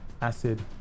acid